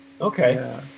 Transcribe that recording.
Okay